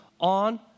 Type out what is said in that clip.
on